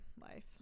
life